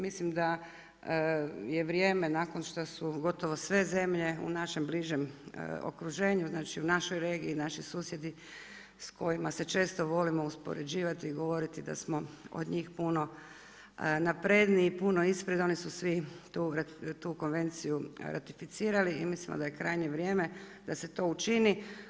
Mislim da je vrijeme nakon što su gotovo sve zemlje u našem bližem okruženju, znači u našoj regiji, naši susjedi s kojima se često volimo uspoređivati i govoriti da smo od njih puno napredniji, puno ispred, oni su svi tu konvenciju ratificirali i mislim da je krajnje vrijeme da se to učini.